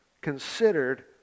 considered